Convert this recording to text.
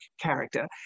character